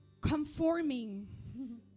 conforming